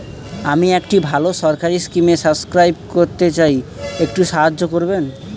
আমি একটি ভালো সরকারি স্কিমে সাব্সক্রাইব করতে চাই, একটু সাহায্য করবেন?